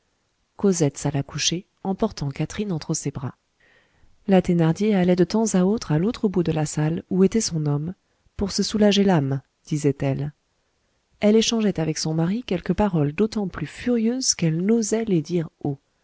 cosette s'alla coucher emportant catherine entre ses bras la thénardier allait de temps en temps à l'autre bout de la salle où était son homme pour se soulager l'âme disait-elle elle échangeait avec son mari quelques paroles d'autant plus furieuses qu'elle n'osait les dire